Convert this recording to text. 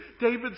David